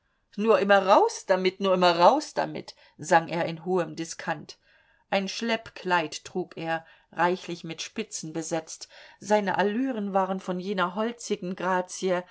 nur immer raus damit nur immer raus damit sang er in hohem diskant ein schleppkleid trug er reichlich mit spitzen besetzt seine allüren waren von jener holzigen grazie